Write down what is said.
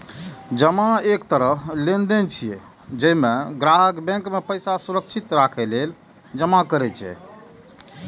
जमा एक तरह लेनदेन छियै, जइमे ग्राहक बैंक मे पैसा सुरक्षित राखै लेल जमा करै छै